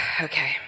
Okay